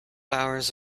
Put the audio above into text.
hours